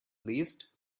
least